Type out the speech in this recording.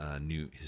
new